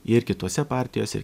ir kitose partijose ir